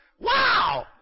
Wow